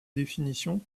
définitions